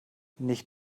nicht